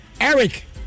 Eric